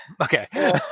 okay